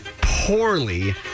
poorly